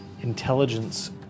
intelligence